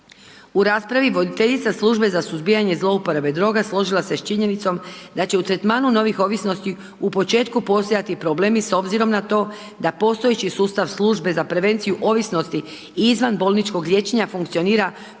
U raspravi voditeljica službe za suzbijanje zlouporabe droga složila se s činjenicom da će u tretmanu novih ovisnosti u početku postojati problemi s obzirom na to da postojeći sustav službe za prevenciju ovisnosti izvanbolničkog liječenja funkcionira po